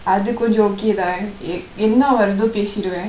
அது கொன்ஜ:athu konja okay தான் என்ன வருதோ பேசிருவேன்:thaan enna varutho pesiruven